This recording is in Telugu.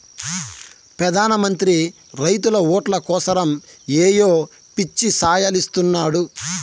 పెదాన మంత్రి రైతుల ఓట్లు కోసరమ్ ఏయో పిచ్చి సాయలిస్తున్నాడు